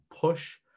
push